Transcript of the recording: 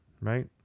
right